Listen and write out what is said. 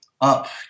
up